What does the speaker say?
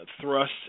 thrust